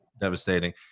devastating